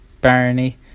barony